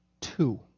Two